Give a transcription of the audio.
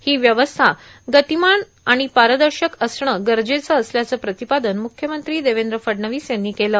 हों व्यवस्था र्गातमान आर्गण पारदशक असणं गरजेचं असल्याचं प्रांतपादन म्रख्यमंत्री देवद्र फडणवीस यांनी केलं